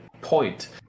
point